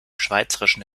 schweizerischen